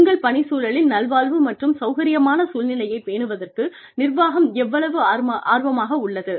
உங்கள் பணிச்சூழலில் நல்வாழ்வு மற்றும் சௌகரியமான சூழ்நிலையைப் பேணுவதற்கு நிர்வாகம் எவ்வளவு ஆர்வமாக உள்ளது